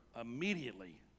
immediately